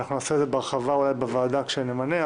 נעשה את זה בהרחבה בוועדה כאשר נמנה.